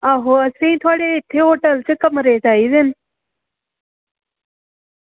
असें ई थुआढ़े इत्थें होटल च कमरे चाहिदे न